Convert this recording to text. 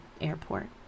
airport